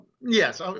yes